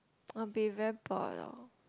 I'll be very bored lor